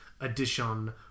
edition